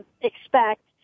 expect